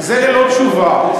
זה ללא תשובה.